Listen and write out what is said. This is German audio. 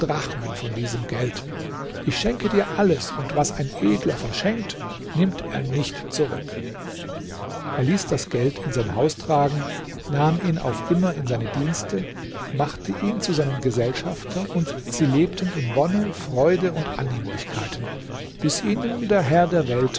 drachmen von diesem geld ich schenke dir alles und was ein edler verschenkt nimmt er nicht zurück er ließ das geld in sein haus tragen nahm in auf immer in seine dienste machte ihn zu seinem gesellschafter und sie lebten in wonne freude und annehmlichkeiten bis ihnen der herr der welten